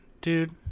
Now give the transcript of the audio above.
dude